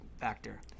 factor